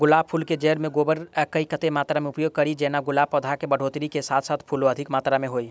गुलाब फूल केँ जैड़ मे गोबर केँ कत्ते मात्रा मे उपयोग कड़ी जेना गुलाब पौधा केँ बढ़ोतरी केँ साथ साथ फूलो अधिक मात्रा मे होइ?